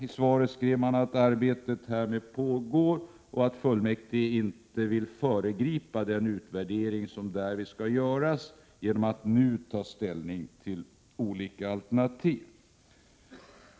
I svaret skrev man att arbetet härmed pågår och att fullmäktige inte vill föregripa den utvärdering som därvid skall göras genom att nu ta ställning till olika alternativ.